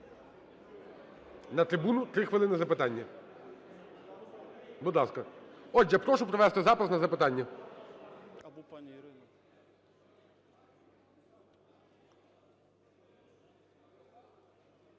На трибуну, 3 хвилини на запитання. Будь ласка. Отже, прошу провести запис на запитання.